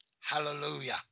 Hallelujah